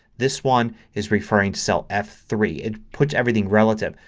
this one is referring to cell f three. it puts everything relative.